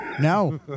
No